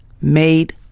made